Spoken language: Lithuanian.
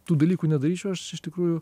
tų dalykų nedaryčiau aš iš tikrųjų